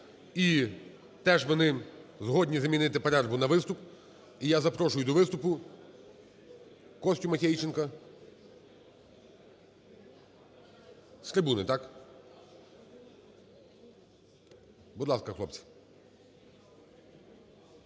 І теж вони згодні замінити перерву на виступ. І я запрошую до виступу Костю Матейченка. З трибуни, так? Будь ласка, хлопці.